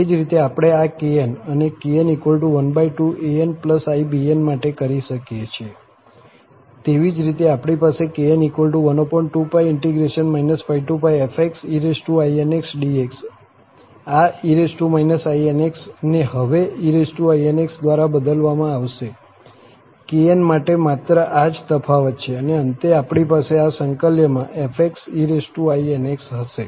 એ જ રીતે આપણે આ kn અને kn12anibn માટે કરી શકીએ છીએ તેવી જ રીતે આપણી પાસે kn12∫ feinxdx આ e inx ને હવે einx દ્વારા બદલવામાં આવશે kn માટે માત્ર આ જ તફાવત છે અને અંતે આપણી પાસે અહીં સંક્લ્યમાં feinx હશે